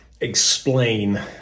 explain